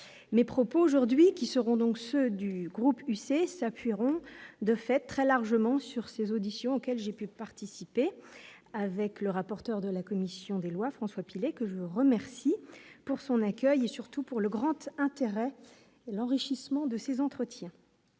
mais propos aujourd'hui qui seront donc ceux du groupe UC s'appuieront de fait très largement sur ces auditions auxquelles j'ai pu participer avec le rapporteur de la commission des lois, François Pilet, que je remercie pour son accueil et surtout pour le grand E intérêt l'enrichissement de ses entretiens.